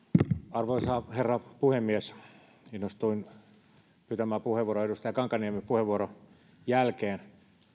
arvoisa herra puhemies innostuin pitämään puheenvuoron edustaja kankaanniemen puheenvuoron jälkeen